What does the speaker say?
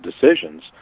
decisions